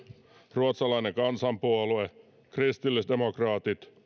ruotsalainen kansanpuolue kristillisdemokraatit